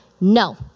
No